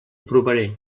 provaré